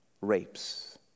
rapes